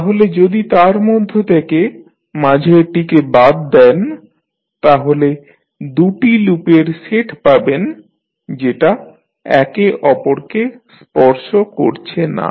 তাহলে যদি তার মধ্য থেকে মাঝখানেরটিকে বাদ দেন তাহলে দুটি লুপের সেট পাবেন যেটা একে অপরকে স্পর্শ করছে না